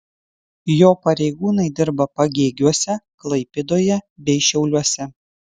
jo pareigūnai dirba pagėgiuose klaipėdoje bei šiauliuose